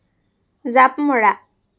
জাঁপ মৰা